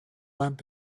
lamp